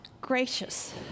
gracious